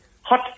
hot